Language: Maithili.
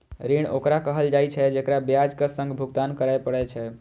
ऋण ओकरा कहल जाइ छै, जेकरा ब्याजक संग भुगतान करय पड़ै छै